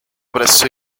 presso